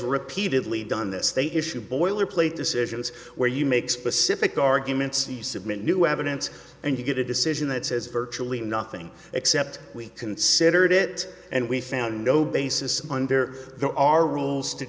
repeatedly done this they issue boilerplate decisions where you make specific arguments you submit new evidence and you get a decision that says virtually nothing except we considered it and we found no basis under there are rules to